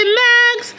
max